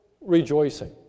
rejoicing